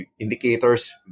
indicators